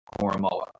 Koromoa